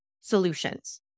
solutions